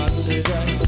today